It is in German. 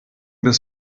des